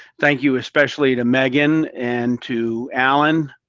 thank you, especially, to megan and to allen,